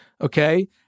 okay